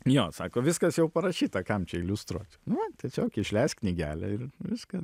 jo sako viskas jau parašyta kam čia iliustruot va tiesiog išleisk knygelę ir viskas